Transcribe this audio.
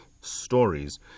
stories